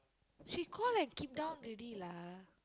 she call and keep down already lah